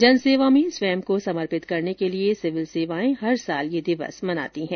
जनसेवा में स्वयं को समर्पित करने के लिए सिविल सेवाएं हर वर्ष यह दिवस मनाती है